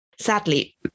Sadly